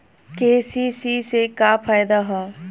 KCC से का फायदा ह?